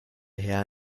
herr